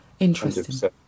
interesting